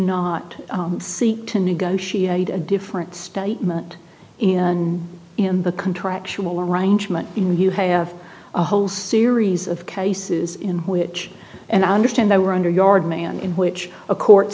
not seek to negotiate a different statement in the contractual arrangement in you have a whole series of cases in which and i understand they were under yard man in which a court